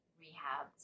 rehab